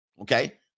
Okay